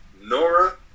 Nora